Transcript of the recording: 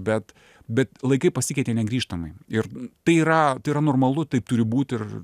bet bet laikai pasikeitė negrįžtamai ir tai yra tai yra normalu taip turi būt ir